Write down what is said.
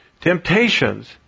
temptations